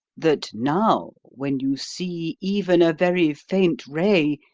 that now, when you see even a very faint ray,